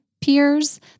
peers